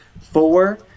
Four